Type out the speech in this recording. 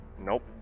Nope